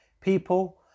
people